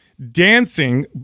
Dancing